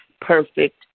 perfect